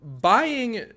buying